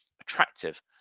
attractive